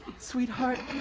sweetheart,